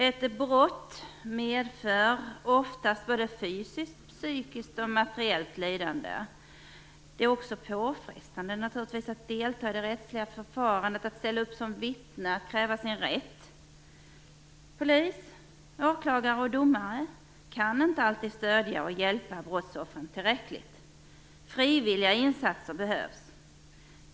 Ett brott medför oftast både fysiskt, psykiskt och materiellt lidande. Det är naturligtvis också påfrestande att delta i det rättsliga förfarandet, att ställa upp som vittne, att kräva sin rätt. Polis, åklagare och domare kan inte alltid stödja och hjälpa brottsoffren tillräckligt. Frivilliga insatser behövs.